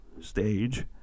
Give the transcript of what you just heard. stage